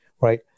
right